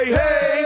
hey